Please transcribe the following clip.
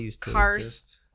cars-